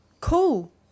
Cool